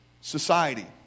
society